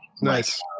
Nice